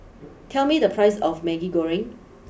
tell me the price of Maggi Goreng